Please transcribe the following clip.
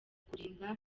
kurinda